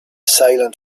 silent